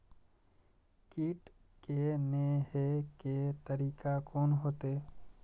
कीट के ने हे के तरीका कोन होते?